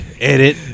Edit